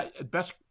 best